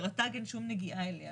לרט"ג אין נגיעה אליה.